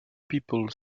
people